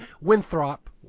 winthrop